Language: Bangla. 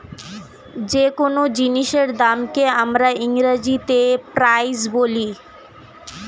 যে কোন জিনিসের দামকে আমরা ইংরেজিতে প্রাইস বলি